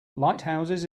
lighthouses